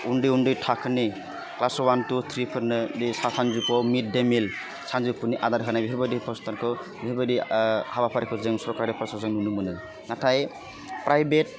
उन्दै उन्दै थाखोनि क्लास वान टु ट्रिफोरनो बे सानजौफु मिट डे मिल सानजौफुनि आदार होनाय बेफोरबादि फसंथानखौ बेफोरबादि हाबाफारिखौ जों सरखारि जों नुनो मोनो नाथाय प्राइभेट